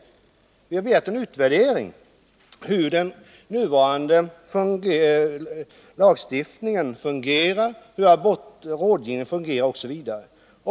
Vi har emellertid begärt en utvärdering av hur den nuvarande lagstiftningen och rådgivningen fungerar osv.